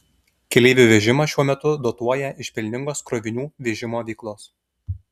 keleivių vežimą šiuo metu dotuoja iš pelningos krovinių vežimo veiklos